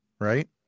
right